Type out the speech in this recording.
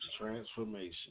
Transformation